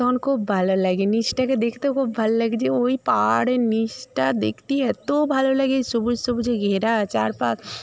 তখন খুব ভালো লাগে নীচটাকে দেখতেও খুব ভাল লাগছে ওই পাহাড়ের নীচটা দেখতে এতো ভালো লাগে সবুজ সবুজে ঘেরা চারপাশ